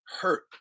Hurt